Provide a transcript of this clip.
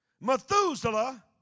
Methuselah